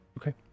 Okay